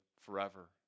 forever